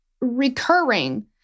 recurring